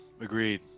agreed